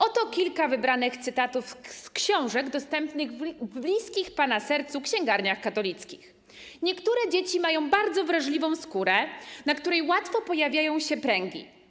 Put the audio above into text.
Oto kilka wybranych cytatów z książek dostępnych w bliskich pana sercu księgarniach katolickich: ˝Niektóre dzieci mają bardzo wrażliwą skórę, na której łatwo pojawiają się pręgi.